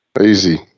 Easy